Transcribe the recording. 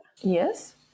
Yes